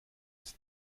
ist